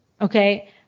Okay